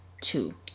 two